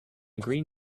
green